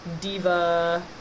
diva